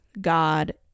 God